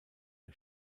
der